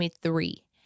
three